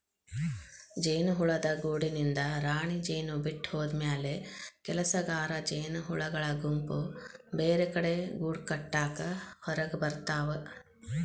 ಜೇನುಹುಳದ ಗೂಡಿನಿಂದ ರಾಣಿಜೇನು ಬಿಟ್ಟ ಹೋದಮ್ಯಾಲೆ ಕೆಲಸಗಾರ ಜೇನಹುಳಗಳ ಗುಂಪು ಬೇರೆಕಡೆ ಗೂಡಕಟ್ಟಾಕ ಹೊರಗಬರ್ತಾವ